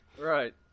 Right